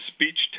Speech